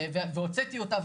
הוצאתי אותה,